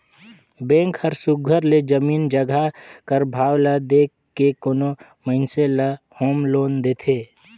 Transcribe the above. bank हर सुग्घर ले जमीन जगहा कर भाव ल देख के कोनो मइनसे ल होम लोन देथे